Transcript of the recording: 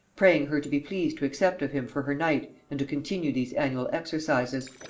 praying her to be pleased to accept of him for her knight and to continue these annual exercises.